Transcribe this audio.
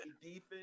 defense